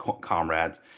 comrades